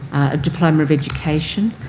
a diploma of education,